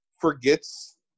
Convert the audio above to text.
forgets